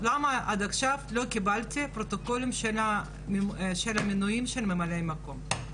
למה עד עכשיו לא קיבלתי את הפרוטוקולים של המינויים של ממלאי מקום,